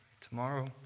Tomorrow